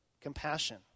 compassion